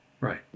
Right